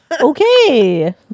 Okay